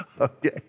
Okay